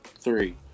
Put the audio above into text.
Three